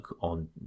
on